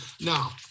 Now